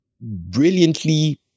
brilliantly